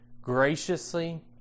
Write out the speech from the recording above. graciously